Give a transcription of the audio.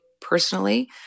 personally